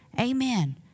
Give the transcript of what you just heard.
Amen